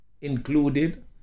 included